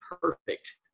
perfect